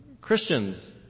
Christians